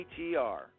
atr